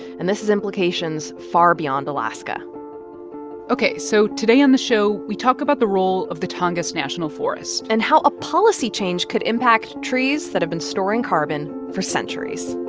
and this has implications far beyond alaska ok. so today on the show, we talk about the role of the tongass national forest and how a policy change could impact trees that have been storing carbon for centuries